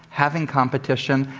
having competition,